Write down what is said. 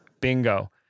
Bingo